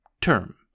term